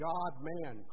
God-man